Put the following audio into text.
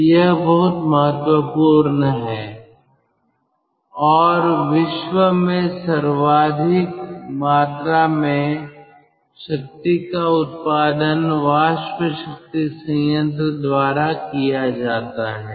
तो यह बहुत महत्वपूर्ण है और विश्व में सर्वाधिक मात्रा में शक्ति का उत्पादन वाष्प शक्ति संयंत्र द्वारा किया जाता है